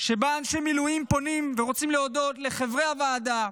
שבהן אנשי מילואים פונים ורוצים להודות לחברי הוועדה,